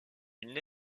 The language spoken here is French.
une